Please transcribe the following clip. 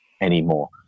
anymore